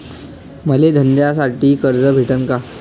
मले धंद्यासाठी कर्ज भेटन का?